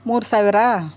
ಮೂರು ಸಾವಿರ